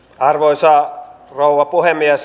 arvoisa rouva puhemies